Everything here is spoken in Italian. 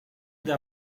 del